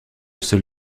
seul